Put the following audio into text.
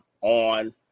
on